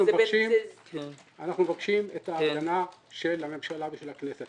אנחנו מבקשים את ההגנה של הממשלה ושל הכנסת.